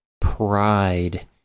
pride